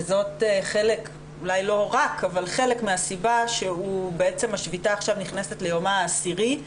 וזה חלק מהסיבה שבעצם השביתה עכשיו נכנסת ליומה העשירי,